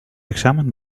examen